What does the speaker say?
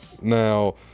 Now